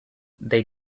they